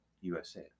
USA